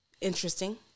interesting